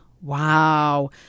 Wow